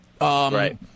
Right